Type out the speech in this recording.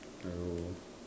I don't know